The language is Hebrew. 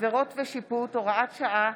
(עבירות ושיפוט) (הוראת שעה),